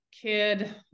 kid